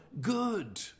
good